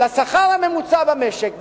לשכר הממוצע במשק ואומר: